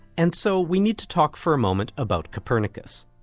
and so we need to talk for a moment about copernicus.